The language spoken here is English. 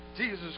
Jesus